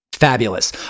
Fabulous